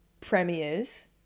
premieres